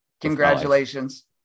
Congratulations